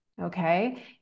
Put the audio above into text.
Okay